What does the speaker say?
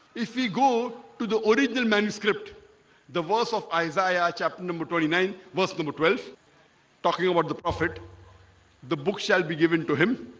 if we go to the original manuscript the verse of isaiah chapter number twenty nine verse number twelve talking about the prophet the book shall be given to him